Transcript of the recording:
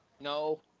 No